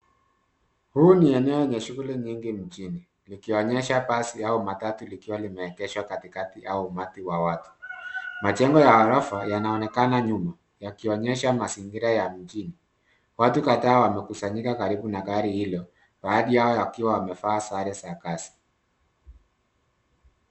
Huu ni eneo yenye shughuli nyingi mjini likionyesha basi au matatu likiwa limeegeshwa katikati au umati wa watu. Majengo ya ghrofa yanaonekana nyuma yakionyesha mazingira ya mjini. Watu kadhaa wamekusanyika karibu na gari hilo baadhi yao wakiwa wamevaa sare za kazi.